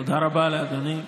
תודה רבה לאדוני.